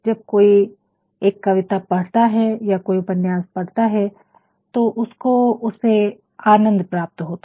जब कोई एक कविता पढ़ता है या कोई एक उपन्यास पढ़ता है तो उसको उससे आनंद प्राप्त होता है